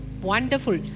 Wonderful